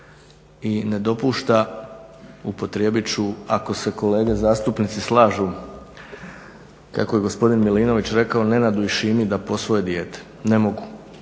i ne dopušta upotrijebit ću ako se kolege zastupnici slažu kako je gospodin Milinović rekao Nenadu i Šimi da posvoje dijete. Ni jedna